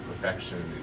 perfection